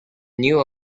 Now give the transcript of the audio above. new